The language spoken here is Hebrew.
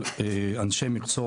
אנשי מקצוע,